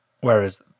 whereas